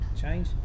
change